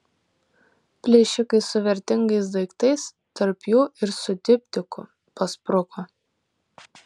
plėšikai su vertingais daiktais tarp jų ir su diptiku paspruko